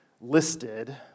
listed